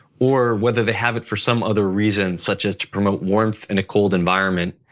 or whether they have it for some other reasons such as to promote warmth in a cold environment,